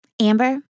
Amber